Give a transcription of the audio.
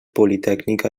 politècnica